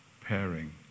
pairing